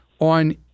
on